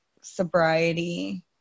sobriety